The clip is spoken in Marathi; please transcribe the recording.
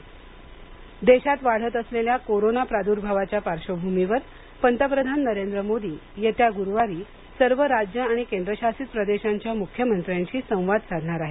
पंतप्रधान मख्यमंत्री बैठक देशात वाढत असलेल्या कोरोना प्रादुर्भावाच्या पार्श्वभूमीवर पंतप्रधान नरेंद्र मोदी येत्या गुरुवारी सर्व राज्य आणि केंद्र शासित प्रदेशांच्या मुख्यमंत्र्यांशी संवाद साधणार आहेत